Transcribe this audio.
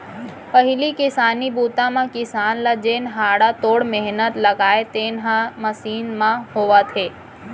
पहिली किसानी बूता म किसान ल जेन हाड़ा तोड़ मेहनत लागय तेन ह मसीन म होवत हे